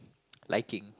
liking